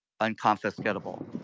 unconfiscatable